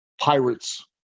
Pirates